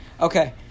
Okay